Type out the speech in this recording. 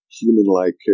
human-like